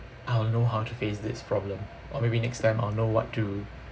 I'll know how to face this problem or maybe next time I'll know what to